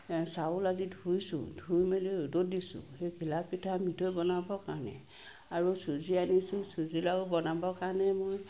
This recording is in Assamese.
চাউল আজি ধুইছো ধুই মেলি ৰ'দত দিছো ঘিলা পিঠা মিঠৈ বনাব কাৰণে আৰু চুজি আনিছো চুজি লাৰু বনাব কাৰণে মই